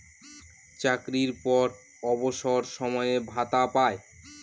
চাকরির পর অবসর সময়ে ভাতা পায়